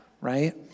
right